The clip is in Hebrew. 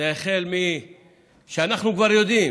אנחנו כבר יודעים